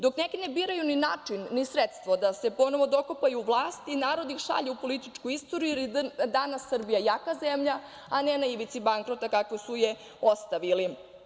Dok neki ne biraju ni način, ni sredstvo da se ponovo dokopaju vlasti, narod ih šalje u političku istoriju, jer je danas Srbija jaka zemlja, a ne na ivici bankrota kakvu su je ostavili.